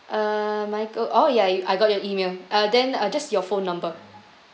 uh michael oh ya you I got your email uh then uh just your phone number